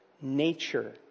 nature